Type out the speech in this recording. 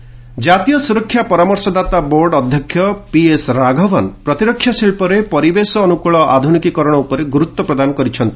ରାଘବନ୍ ଜାତୀୟ ସୁରକ୍ଷା ପରାମର୍ଶଦାତା ବୋର୍ଡ ଅଧ୍ୟକ୍ଷ ପିଏସ୍ ରାଘବନ୍ ପ୍ରତିରକ୍ଷା ଶିଳ୍ପରେ ପରିବେଶ ଅନୁକୂଳ ଆଧୁନିକୀକରଣ ଉପରେ ଗୁରୁତ୍ୱ ପ୍ରଦାନ କରିଛନ୍ତି